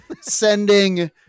sending